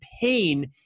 pain